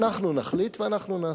אנחנו נחליט, ואנחנו נעשה.